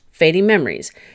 fadingmemories